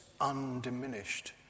undiminished